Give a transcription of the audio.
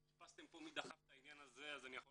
חיפשתם פה מי דחף את העניין הזה אז אני יכול